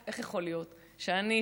איך יכול להיות שאני,